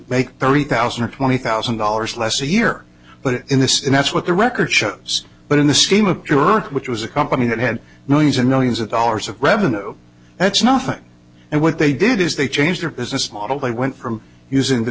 make three thousand or twenty thousand dollars less a year but in this in that's what the record shows but in the scheme of pure which was a company that had millions and millions of dollars of revenue that's nothing and what they did is they changed their business model they went from using the